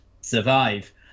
survive